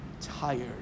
tired